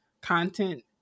content